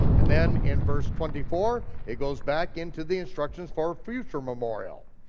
and then in verse twenty four, it goes back into the instructions for future memorial.